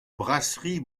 brasserie